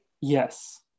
Yes